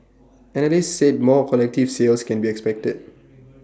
analysts said more collective sales can be expected